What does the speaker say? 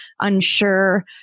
unsure